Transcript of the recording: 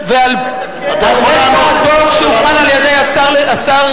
מדברים על דוח שהוכן על-ידי השר היום,